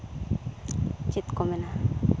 ᱪᱮᱫ ᱠᱚ ᱢᱮᱱᱟ